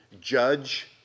judge